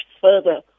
further